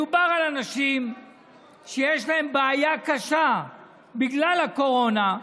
מדובר על אנשים שיש להם בעיה קשה בגלל הקורונה,